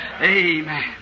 Amen